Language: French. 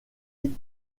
hit